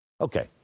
Okay